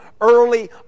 early